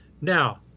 now